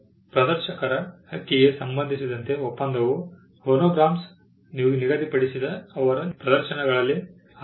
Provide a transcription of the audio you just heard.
ಪ್ರದರ್ಶಕರ ಹಕ್ಕಿಗೆ ಸಂಬಂಧಿಸಿದಂತೆ ಒಪ್ಪಂದವು ಫೋನೋಗ್ರಾಮ್ಗಳಲ್ಲಿ ನಿಗದಿಪಡಿಸಿದ ಅವರ ಪ್ರದರ್ಶನಗಳಲ್ಲಿ ಆರ್ಥಿಕ ಹಕ್ಕುಗಳನ್ನು ನೀಡುತ್ತದೆ